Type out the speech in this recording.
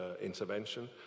intervention